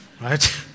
right